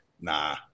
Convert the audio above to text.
Nah